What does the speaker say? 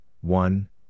one